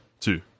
Two